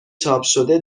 چاپشده